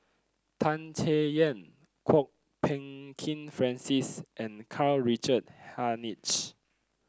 Tan Chay Yan Kwok Peng Kin Francis and Karl Richard Hanitsch